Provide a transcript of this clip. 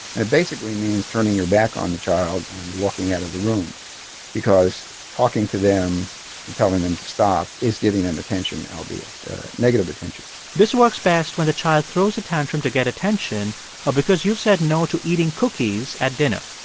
and it basically means turning your back on the child and walking out of the room because talking to them and telling them to stop is giving them attention, albeit negative attention this works best when the child throws a tantrum to get attention or because you've said no to eating cookies at dinner.